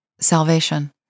salvation